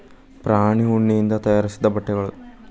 ಪ್ರಾಣಿ ಉಣ್ಣಿಯಿಂದ ತಯಾರಿಸಿದ ಬಟ್ಟೆಗಳು